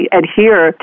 adhere